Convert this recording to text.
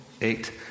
eight